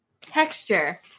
texture